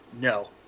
No